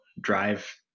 drive